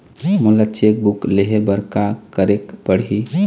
मोला cheque book लेहे बर का केरेक पढ़ही?